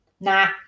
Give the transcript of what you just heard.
nah